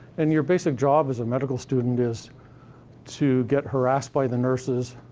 and your basic job as a medical student is to get harassed by the nurses,